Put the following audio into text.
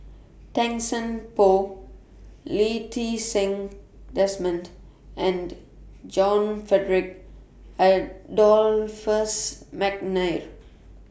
Tan Seng Poh Lee Ti Seng Desmond and John Frederick Adolphus Mcnair